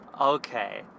Okay